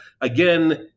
again